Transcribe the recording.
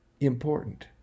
important